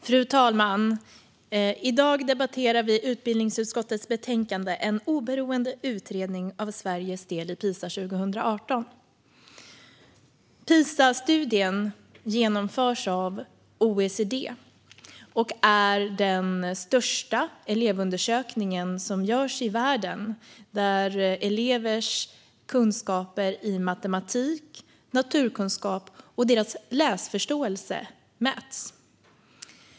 Fru talman! I dag debatterar vi utbildningsutskottets betänkande, En oberoende utredning av Sveriges del i PISA 2018 . PISA-studien genomförs av OECD och är den största elevundersökning som görs i världen där elevers kunskaper i matematik och naturkunskap och deras läsförståelse mäts.